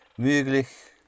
möglich